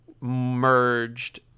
merged